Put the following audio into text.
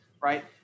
right